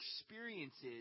experiences